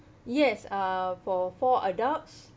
yes uh for four adults